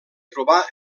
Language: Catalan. trobar